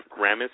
Ramis